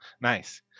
Nice